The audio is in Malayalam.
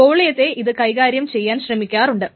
വോളിയത്തെ ഇത് കൈകാര്യം ചെയ്യാൻ ശ്രമിക്കാറുണ്ട്